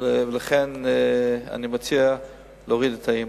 ולכן אני מציע להוריד את האי-אמון.